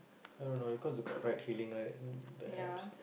I don't know because it got write Hailing right the apps